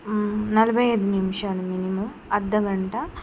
నలభై ఐదు నిమిషాలు మినిమం అర్ద గంట